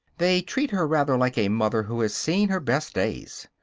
they treat her rather like a mother who has seen her best days.